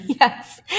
yes